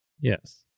Yes